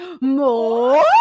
More